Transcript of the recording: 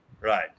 right